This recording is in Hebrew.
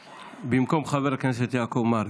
במקום חבר הכנסת יעקב מרגי.